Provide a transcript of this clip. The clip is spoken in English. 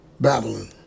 Babylon